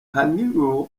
hwaniro